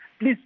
please